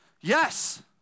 yes